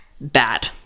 bad